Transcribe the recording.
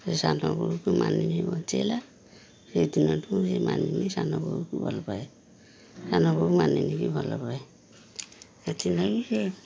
ସେ ସାନ ବୋହୂକୁ ମାନିନୀ ବଞ୍ଚେଇଲା ସେଇଦିନଠୁ ସେ ମାନିନୀ ସାନ ବୋହୂକୁ ଭଲପାଏ ସାନ ବୋହୂ ମାନିନୀକି ଭଲପାଏ ସେଥିଲାଗି ସେ